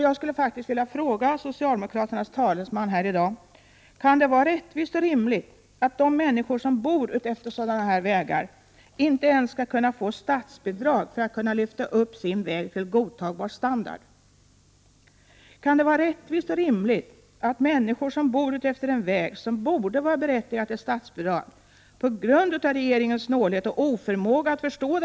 Jag skulle vilja fråga socialdemokraternas talesman i dag om det kan vara rättvist och rimligt att de människor som bor utefter sådana vägar inte ens skall kunna få statsbidrag för att kunna lyfta vägarna till godtagbar standard. Kan det vara rättvist och rimligt att människor som bor utefter en väg, som borde vara berättigad till statsbidrag, på grund av regeringens snålhet och oförmåga 61 Prot.